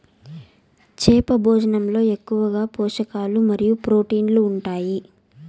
చేప భోజనంలో ఎక్కువగా పోషకాలు మరియు ప్రోటీన్లు ఉంటాయి